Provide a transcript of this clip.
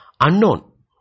Unknown